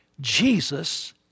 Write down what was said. Jesus